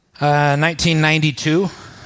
1992